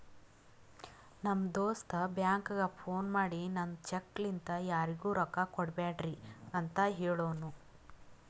ನಮ್ ದೋಸ್ತ ಬ್ಯಾಂಕ್ಗ ಫೋನ್ ಮಾಡಿ ನಂದ್ ಚೆಕ್ ಲಿಂತಾ ಯಾರಿಗೂ ರೊಕ್ಕಾ ಕೊಡ್ಬ್ಯಾಡ್ರಿ ಅಂತ್ ಹೆಳುನೂ